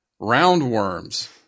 Roundworms